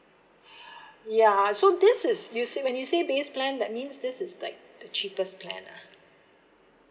ya so this is you say when you say base plan that means this is like the cheapest plan lah